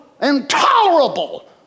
intolerable